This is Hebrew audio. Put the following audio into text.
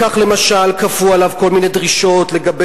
כך,